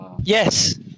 Yes